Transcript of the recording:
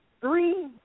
three